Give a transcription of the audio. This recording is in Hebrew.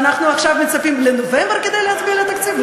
ואנחנו עכשיו מצפים לנובמבר כדי להצביע על התקציב?